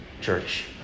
church